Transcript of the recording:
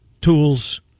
tools